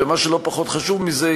ומה שלא פחות חשוב מזה,